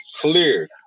clear